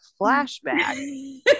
flashback